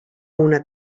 una